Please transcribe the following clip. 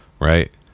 right